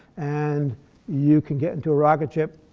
and you can get into a rocket ship,